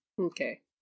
Okay